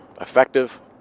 Effective